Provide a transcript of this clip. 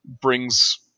Brings